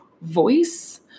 voice